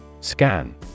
Scan